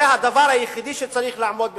זה הדבר היחידי שצריך לעמוד בפניו,